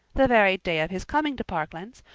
the very day of his coming to parklands,